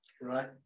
right